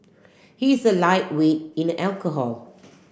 he is a lightweight in alcohol